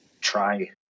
try